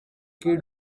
kid